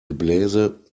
gebläse